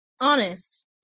honest